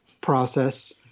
process